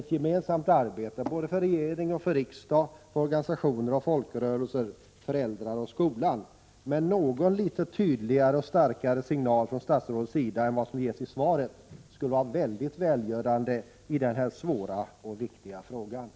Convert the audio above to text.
1986/87:129 regering, riksdag, organisationer, folkrörelser, föräldrar och skolan. Men 22 maj 1987 någon litet tydligare och starkare signal från statsrådets sida än den som ges i